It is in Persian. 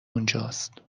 اونجاست